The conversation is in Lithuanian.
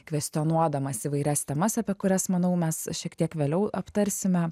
kvestionuodamas įvairias temas apie kurias manau mes šiek tiek vėliau aptarsime